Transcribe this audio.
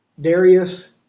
Darius